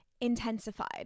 intensified